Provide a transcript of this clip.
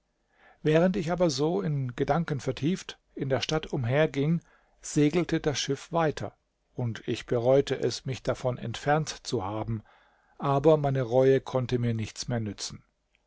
während ich aber so in gedanken vertieft in der stadt umherging segelte das schiff weiter und ich bereute es mich davon entfernt zu haben aber meine reue konnte mir nichts mehr nützen